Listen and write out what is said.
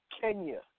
Kenya